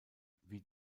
wie